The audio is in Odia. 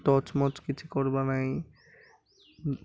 ଟଚ୍ ମଚ୍ କିଛି କରବା ନାଇଁ